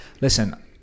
listen